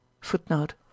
Footnote